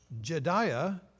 Jediah